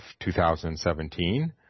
2017